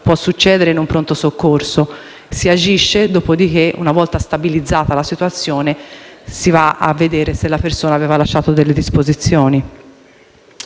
può accadere in un pronto soccorso: prima si agisce, dopodiché, una volta stabilizzata la situazione, si controlla se la persona aveva lasciato delle disposizioni.